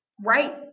Right